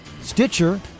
Stitcher